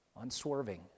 unswerving